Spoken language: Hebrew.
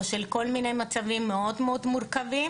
או של כל מיני מצבים מאוד מאוד מורכבים.